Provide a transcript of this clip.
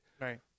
Right